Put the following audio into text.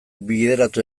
bideratu